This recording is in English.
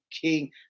king